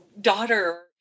daughter